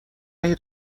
اگه